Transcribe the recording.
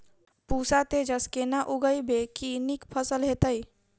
पूसा तेजस केना उगैबे की नीक फसल हेतइ?